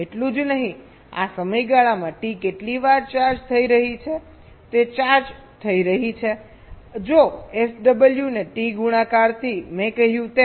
એટલું જ નહીં આ સમયગાળામાં ટી કેટલી વાર ચાર્જ થઈ રહી છે તે ચાર્જ થઈ રહી છે જો SW ને ટી ગુણાકારથી મેં કહ્યું તેમ